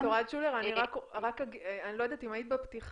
ד"ר אלטשולר, אני לא יודעת אם היית בפתיחה.